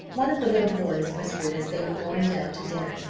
one of the little boys whispered as they were going down to dinner,